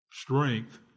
strength